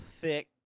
thick